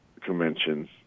convention